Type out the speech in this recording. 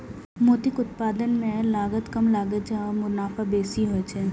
मोतीक उत्पादन मे लागत कम लागै छै आ मुनाफा बेसी होइ छै